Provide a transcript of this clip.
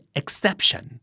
exception